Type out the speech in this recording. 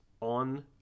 on